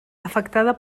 afectada